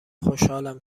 خوشحالم